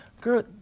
girl